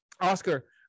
Oscar